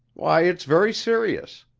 why, it's very serious.